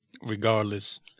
regardless